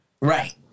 Right